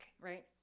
right